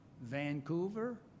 Vancouver